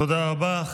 תודה רבה.